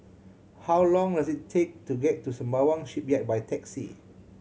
how long does it take to get to Sembawang Shipyard by taxi